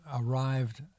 arrived